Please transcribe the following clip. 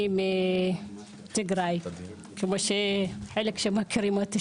אני מטיגריי, כמו חלק שמכירים אותי,